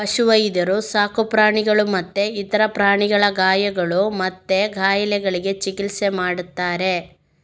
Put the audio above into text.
ಪಶು ವೈದ್ಯರು ಸಾಕು ಪ್ರಾಣಿಗಳು ಮತ್ತೆ ಇತರ ಪ್ರಾಣಿಗಳ ಗಾಯಗಳು ಮತ್ತೆ ಕಾಯಿಲೆಗಳಿಗೆ ಚಿಕಿತ್ಸೆ ಮಾಡ್ತಾರೆ